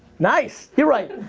nice, you're right.